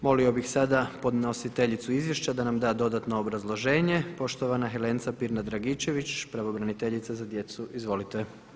Molio bi sada podnositeljicu izvješća da nam da dodatno objašnjenje, poštovana Helenica Pirant-Dragičević, pravobraniteljica za djecu, izvolite.